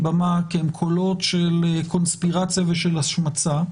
במה כי הם קולות של קונספירציה ושל השמצה,